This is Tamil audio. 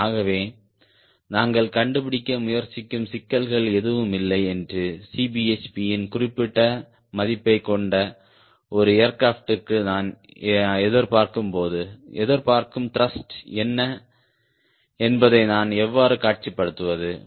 ஆகவே நாங்கள் கண்டுபிடிக்க முயற்சிக்கும் சிக்கல்கள் எதுவும் இல்லை என்று Cbhp இன் குறிப்பிட்ட மதிப்பைக் கொண்ட ஒரு ஏர்கிராப்ட்டிற்கு நான் எதிர்பார்க்கும் த்ருஷ்ட் என்ன என்பதை நான் எவ்வாறு காட்சிப்படுத்துவது